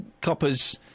coppers